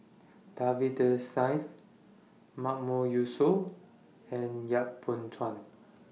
Davinder Mahmood Yusof and Yap Boon Chuan